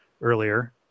earlier